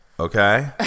Okay